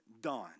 done